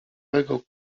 miłości